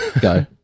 go